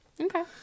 Okay